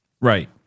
Right